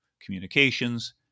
communications